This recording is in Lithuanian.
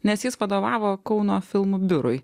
nes jis vadovavo kauno filmų biurui